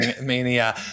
mania